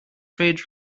trade